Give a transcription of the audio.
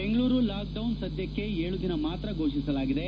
Bengaluru lockdown ಸದ್ಯಕ್ಷೆ ಏಳು ದಿನ ಮಾತ್ರ ಘೋಷಿಸಲಾಗಿದೆ